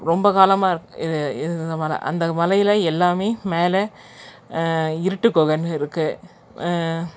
ரொம்ப காலமாக இருந்த மலை அந்த மலையில் எல்லாமே மேலே இருட்டு குகைனு இருக்குது